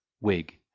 Wig